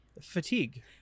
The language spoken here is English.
Fatigue